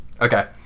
Okay